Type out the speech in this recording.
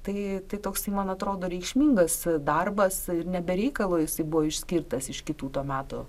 tai tai toksai man atrodo reikšmingas darbas ir ne be reikalo jisai buvo išskirtas iš kitų to meto